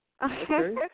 Okay